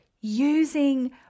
using